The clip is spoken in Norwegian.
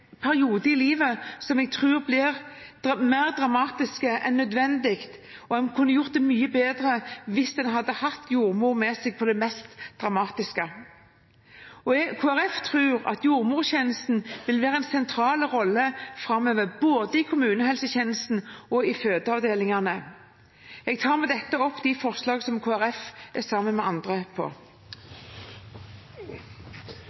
periode i livet som jeg tror blir mer dramatisk enn nødvendig, og en kunne gjort det mye bedre hvis en hadde hatt jordmor med seg på det mest dramatiske. Kristelig Folkeparti tror jordmortjenesten vil ha en sentral rolle framover, både i kommunehelsetjenesten og i fødeavdelingene. Jeg tar med dette opp de forslagene Kristelig Folkeparti er sammen med andre